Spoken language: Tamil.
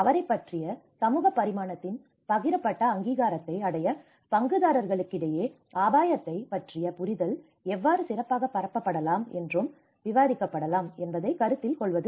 அவரைப்பற்றிய சமூக பரிமாணத்தின் பகிரப்பட்ட அங்கீகாரத்தை அடைய பங்குதாரர்களிடையே அபாயத்தைப் பற்றிய புரிதல் எவ்வாறு சிறப்பாகப் பரப்பப்படலாம் மற்றும் விவாதிக்கப்படலாம் என்பதைக் கருத்தில் கொள்வது